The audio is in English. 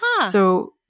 So-